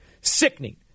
Sickening